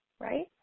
right